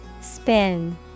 Spin